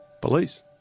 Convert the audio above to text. police